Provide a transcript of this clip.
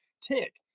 tick